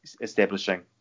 establishing